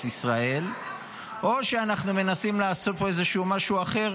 ישראל או שאנחנו מנסים לעשות פה איזשהו משהו אחר